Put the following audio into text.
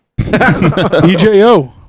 EJO